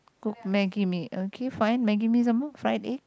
cook Maggie-mee okay fine maggi-mee some more fried egg